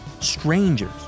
strangers